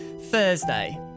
Thursday